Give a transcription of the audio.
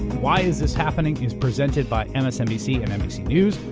why is this happening is presented by and msnbc and nbc news,